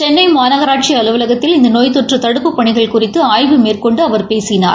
சென்னை மாநகராட்சி அலுவலகத்தில் இந்த நோய் தொற்று தடுப்புப் பணிகள் குறித்து ஆய்வு மேற்கொண்டு அவர் பேசினார்